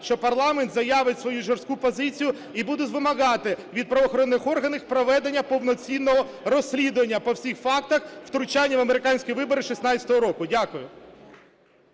що парламент заявить свою жорстку позицію і буде вимагати від правоохоронних органів проведення повноцінного розслідування по всіх фактах втручання в американські вибори 16-го року. Дякую.